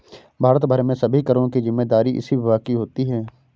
भारत भर में सभी करों की जिम्मेदारी इसी विभाग की होती है